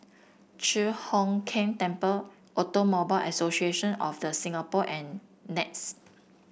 Chi Hock Keng Temple Automobile Association of The Singapore and Nex